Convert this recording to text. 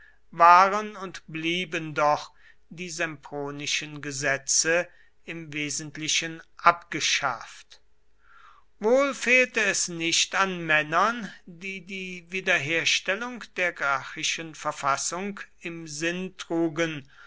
waren und blieben doch die sempronischen gesetze im wesentlichen abgeschafft wohl fehlte es nicht an männern die die wiederherstellung der gracchischen verfassung im sinn trugen